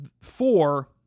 four